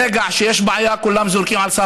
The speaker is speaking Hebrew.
ברגע שיש בעיה, כולם זורקים על שר